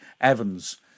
Evans